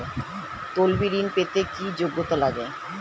তলবি ঋন পেতে কি যোগ্যতা লাগে?